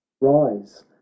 rise